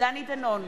דני דנון,